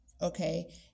Okay